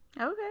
Okay